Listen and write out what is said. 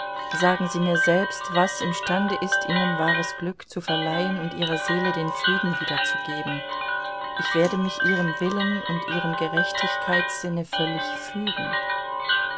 sagen sie mir selbst was imstande ist ihnen wahres glück zu verleihen und ihrer seele den frieden wiederzugeben ich werde mich ihrem willen und ihrem gerechtigkeitssinne völlig fügen